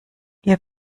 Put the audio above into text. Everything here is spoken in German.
ihr